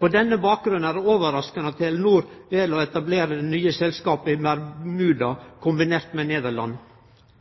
På denne bakgrunn er det overraskande at Telenor vel å etablere det nye selskapet i Bermuda kombinert med Nederland.